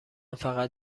فقط